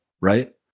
right